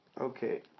Okay